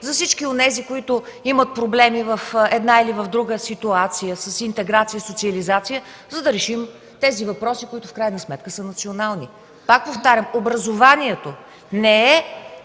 за всички онези, които имат проблеми в една или друга ситуация с интеграция, социализация, за да решим тези въпроси, които в крайна сметка са национални. Пак повтарям, образованието не е